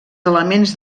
elements